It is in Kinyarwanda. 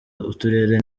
uturere